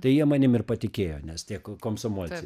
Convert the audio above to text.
tai jie manim ir patikėjo nes tie komsomolcai